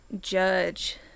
judge